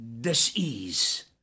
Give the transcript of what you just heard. disease